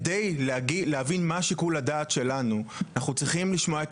כדי להבין מה שיקול הדעת שלנו אנחנו צריכים לשמוע את